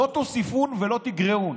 כתוב: לא תוסיפו ולא תגרעו.